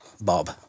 Bob